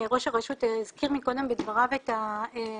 ראש הרשות הזכיר קודם בדבריו את הפיילוט